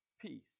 peace